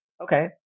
Okay